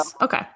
Okay